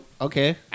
okay